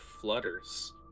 flutters